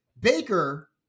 Baker